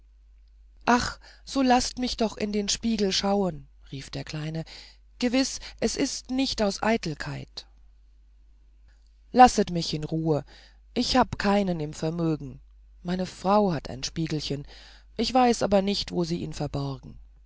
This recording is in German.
ach so laßt mich doch in den spiegel schauen rief der kleine gewiß es ist nicht aus eitelkeit lasset mich in ruhe ich hab keinen im vermögen meine frau hat ein spiegelchen ich weiß aber nicht wo sie es verborgen